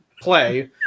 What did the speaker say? play